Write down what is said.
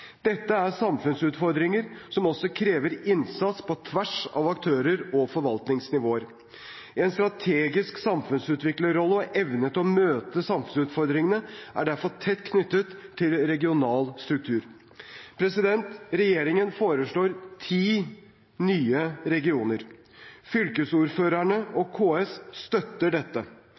Dette er samfunnsutfordringer som også krever innsats på tvers av aktører og forvaltningsnivåer. En strategisk samfunnsutviklerrolle og evne til å møte samfunnsutfordringene er derfor tett knyttet til regional struktur. Regjeringen foreslår ti nye regioner. Fylkesordførerne og KS støtter dette.